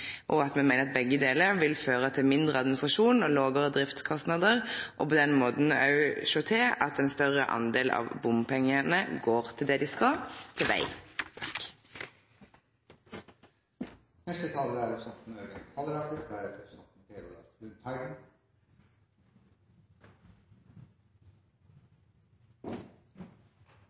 av bomselskap. Me meiner at begge delar vil føre til mindre administrasjon og lågare driftskostnader, og at ein på den måten ser til at ein større del av bompengane går til det dei skal gå til – til veg. Det er